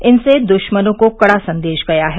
इनसे दुश्मनों को कड़ा संदेश गया है